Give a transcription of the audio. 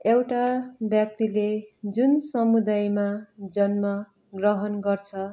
एउटा व्यक्तिले जुन समुदायमा जन्म ग्रहण गर्छ